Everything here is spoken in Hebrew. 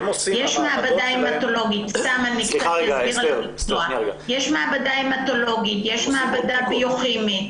יש מעבדה המטולוגית, יש מעבדה ביוכימית.